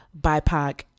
BIPOC